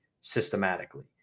systematically